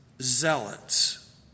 zealots